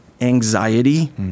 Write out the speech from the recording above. anxiety